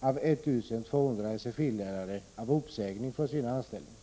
av 1 200 sfi-lärare av uppsägning från sina anställningar.